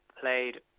played